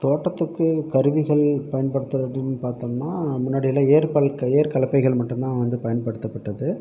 தோட்டத்துக்கு கருவிகள் பயன்படுத்துகிறதுன்னு பார்த்தோம்னா முன்னாடியெல்லாம் ஏர் பலக்க ஏர் கலப்பைகள் மட்டும்தான் வந்து பயன்படுத்தப்பட்டது